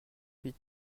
huit